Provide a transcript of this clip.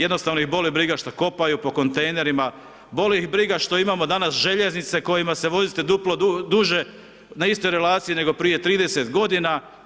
Jednostavno ih boli briga što kopaju po kontejnerima, boli ih briga što imamo danas željeznice kojima se vozite duplo duže na istoj relaciji, nego prije 30 godina.